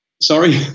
Sorry